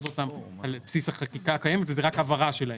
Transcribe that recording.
אותם על בסיס החקיקה הקיימת וזאת רק הבהרה שלהם.